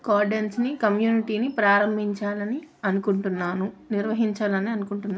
గార్డెన్స్ని కమ్యూనిటీని ప్రారంభించాలి అని అనుకుంటున్నాను నిర్వహించాలి అని అనుకుంటున్నాను